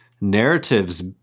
narratives